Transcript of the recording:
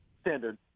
Standard